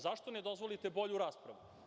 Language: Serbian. Zašto ne dozvolite bolju raspravu?